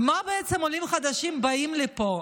למה בעצם עולים חדשים באים לפה?